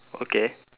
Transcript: okay